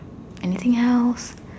anything else